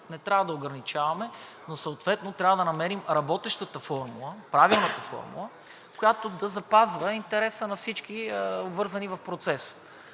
не трябва да ограничаваме. Но съответно трябва да намерим работещата формула, правилната формула, която да запазва интереса на всички обвързани в процеса